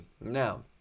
now